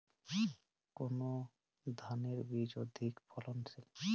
কোন ধানের বীজ অধিক ফলনশীল?